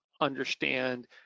understand